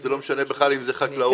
וזה לא משנה באיזה ענף,